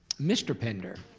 mr. pender.